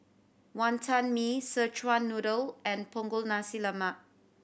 Wantan Mee Szechuan Noodle and Punggol Nasi Lemak